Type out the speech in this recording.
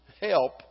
help